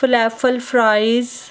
falafel fries